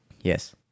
yes